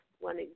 one